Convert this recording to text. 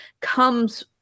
comes